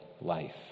life